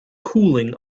cooling